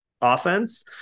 offense